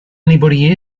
anybody